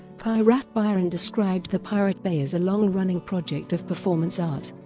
piratbyran described the pirate bay as a long-running project of performance art.